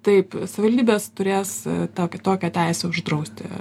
taip savivaldybės turės to tokią teisę uždrausti